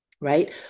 right